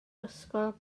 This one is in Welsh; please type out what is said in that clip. ysgol